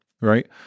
right